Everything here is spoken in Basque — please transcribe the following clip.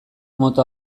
mota